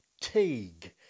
Teague